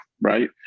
right